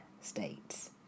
states